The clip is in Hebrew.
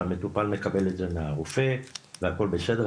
שהמטופל מקבל את זה מהרופא והכול בסדר,